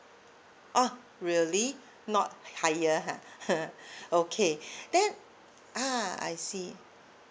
oh really not higher ah okay then uh I see